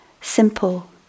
simple